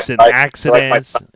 accidents